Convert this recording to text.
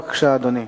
בבקשה, אדוני.